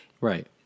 right